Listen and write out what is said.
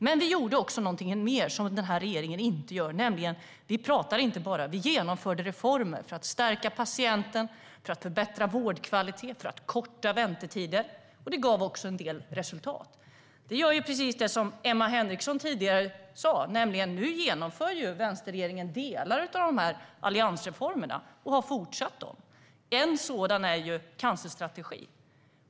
Men vi gjorde också någonting mer som den här regeringen inte gör, nämligen att vi inte bara pratade utan genomförde reformer för att stärka patienten, för att förbättra vårdkvaliteten och för att korta väntetider. Det gav också en del resultat. Detta gör att vänsterregeringen, precis som Emma Henriksson sa tidigare, nu genomför delar av dessa alliansreformer och har fortsatt med det. En sådan är cancerstrategin.